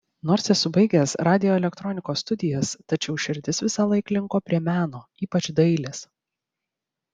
nors esu baigęs radioelektronikos studijas tačiau širdis visąlaik linko prie meno ypač dailės